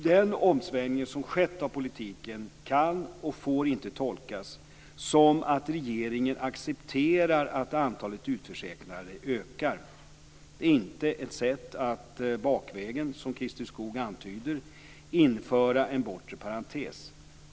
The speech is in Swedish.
Den omsvängning som skett av politiken kan och får inte tolkas som att regeringen accepterar att antalet utförsäkrade ökar. Det är inte ett sätt att bakvägen, som Christer Skoog antyder, införa en bortre parentes.